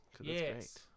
Yes